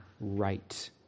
right